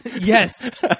Yes